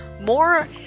more